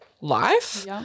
life